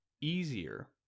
easier